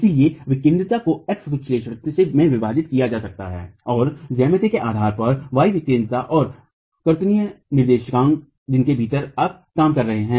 इस विकेंद्रिता को x विलक्षणता में विभाजित किया जा सकता है और ज्यामिति के आधार पर y विकेंद्रिता और कार्तीय निर्देशांक जिसके भीतर आप काम कर रहे हैं